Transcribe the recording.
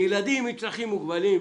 להורים לילדים עם צרכים מיוחדים,